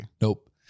Nope